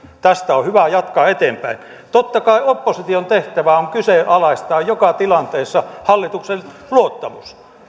tästä on hyvä jatkaa eteenpäin totta kai opposition tehtävä on kyseenalaistaa joka tilanteessa hallituksen luottamus